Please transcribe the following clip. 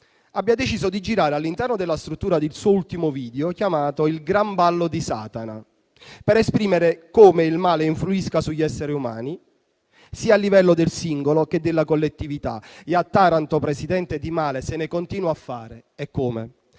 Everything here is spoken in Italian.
abbia deciso di girare all'interno della struttura il suo ultimo video per un brano chiamato «Il gran ballo di Satana», per esprimere come il male influisca sugli esseri umani a livello sia del singolo che della collettività e a Taranto, Presidente, di male se ne continua a fare, eccome,